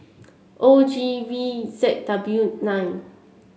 O G V Z W nine